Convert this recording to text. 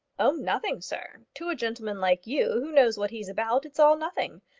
oh, nothing, sir. to a gentleman like you who knows what he's about it's all nothing.